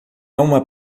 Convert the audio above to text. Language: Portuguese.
uma